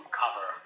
cover